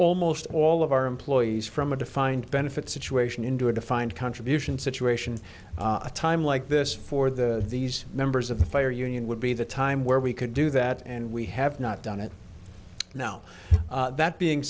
almost all of our employees from a defined benefit situation into a defined contribution situation a time like this for the these members of the fire union would be the time where we could do that and we have not done it now that being